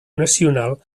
nacional